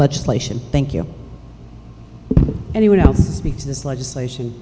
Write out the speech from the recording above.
legislation thank you anyone else makes this legislation